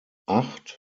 acht